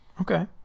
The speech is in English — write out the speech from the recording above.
Okay